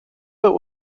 but